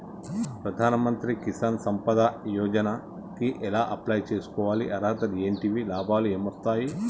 ప్రధాన మంత్రి కిసాన్ సంపద యోజన కి ఎలా అప్లయ్ చేసుకోవాలి? అర్హతలు ఏంటివి? లాభాలు ఏమొస్తాయి?